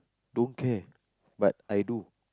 don't care but I do